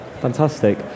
Fantastic